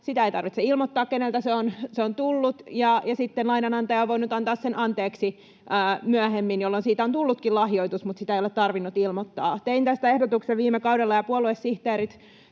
sitä ei tarvitse ilmoittaa, keneltä se on tullut, ja sitten lainanantaja on voinut antaa sen anteeksi myöhemmin, jolloin siitä on tullutkin lahjoitus, mutta sitä ei ole tarvinnut ilmoittaa. Tein tästä ehdotuksen viime kaudella, ja puoluesihteerit